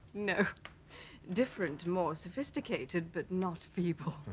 no different more sophisticated but not feeble.